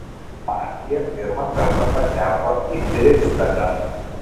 partija pirmą kartą pateko į riksdagą